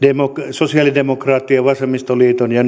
sosiaalidemokraattien vasemmistoliiton ja